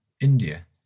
India